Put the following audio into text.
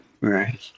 Right